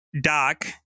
Doc